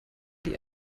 die